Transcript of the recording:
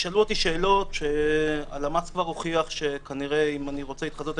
ישאלו אותי שאלות שהלמ"ס הוכיח שאם אני רוצה להתחזות,